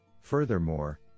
Furthermore